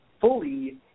fully